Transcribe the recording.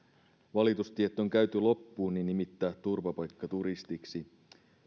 valitustiet on käyty loppuun nimittää turvapaikkaturistiksi